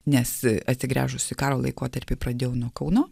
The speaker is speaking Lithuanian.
nes atsigręžus į karo laikotarpį pradėjau nuo kauno